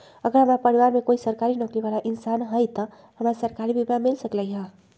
अगर हमरा परिवार में कोई सरकारी नौकरी बाला इंसान हई त हमरा सरकारी बीमा मिल सकलई ह?